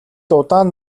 удаан